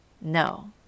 no